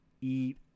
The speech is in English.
eat